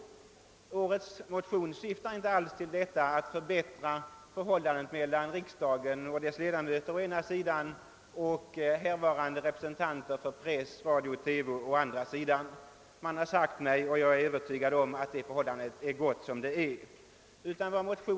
Årets motion syftar inte alls till att förbättra förhållandet mellan riksdagen och dess ledamöter å ena sidan och härvarande representanter för press, radio och TV å andra sidan. Man har sagt mig — och jag är övertygad om att det verkligen är så — att det förhållandet är gott som det är.